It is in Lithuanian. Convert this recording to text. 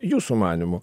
jūsų manymu